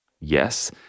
yes